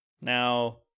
Now